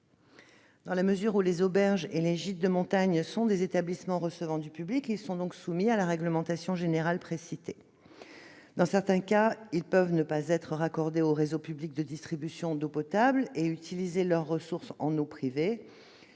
Dans la mesure où les auberges et les gîtes de montagne sont des établissements recevant du public, ils sont soumis à la réglementation générale précitée. Dans certains cas, ils peuvent ne pas être raccordés au réseau public de distribution d'eau potable et utiliser leur ressource en eau privée,